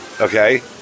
okay